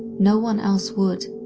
no one else would.